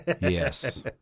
Yes